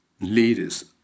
leaders